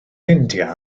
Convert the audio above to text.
india